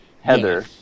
Heather